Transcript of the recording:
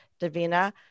Davina